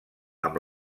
amb